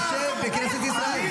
אתה יושב בכנסת ישראל.